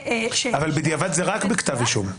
אבל בדיעבד זה רק בכתב אישום.